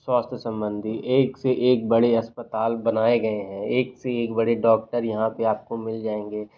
स्वास्थ्य संबंधी एक से एक बड़े अस्पताल बनाए गए हैं एक से एक बड़े डॉक्टर यहाँ पर आपको मिल जाएंँगे